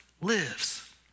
lives